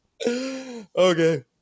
okay